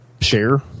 share